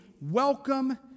welcome